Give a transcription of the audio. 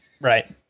Right